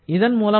இதன் மூலமாக